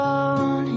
on